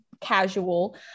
casual